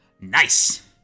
nice